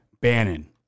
Bannon